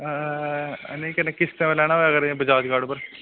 नेईं कन्नै किश्तें पर लैना होए अगर जां बजाज कार्ड उप्पर